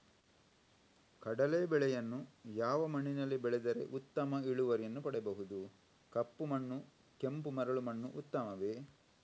ಕಡಲೇ ಬೆಳೆಯನ್ನು ಯಾವ ಮಣ್ಣಿನಲ್ಲಿ ಬೆಳೆದರೆ ಉತ್ತಮ ಇಳುವರಿಯನ್ನು ಪಡೆಯಬಹುದು? ಕಪ್ಪು ಮಣ್ಣು ಕೆಂಪು ಮರಳು ಮಣ್ಣು ಉತ್ತಮವೇ?